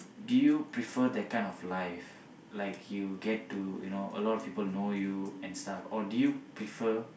do you prefer that kind of life like you get to you know a lot of people know you and stuff or do you prefer